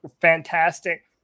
fantastic